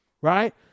right